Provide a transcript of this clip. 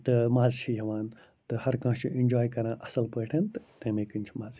تہٕ مَزٕ چھِ یِوان تہٕ ہَرٕ کانٛہہ چھِ اِنجاے کَران اَصٕل پٲٹھۍ تہٕ تمی کِنۍ چھِ مَزٕ